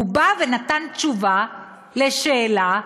הוא בא ונתן תשובה לשאלה,